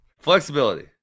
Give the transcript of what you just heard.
Flexibility